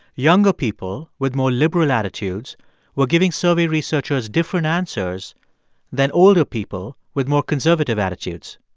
younger people with more liberal attitudes were giving survey researchers different answers than older people with more conservative attitudes.